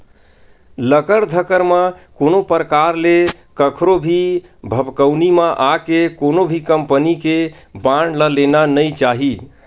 लकर धकर म कोनो परकार ले कखरो भी भभकउनी म आके कोनो भी कंपनी के बांड ल लेना नइ चाही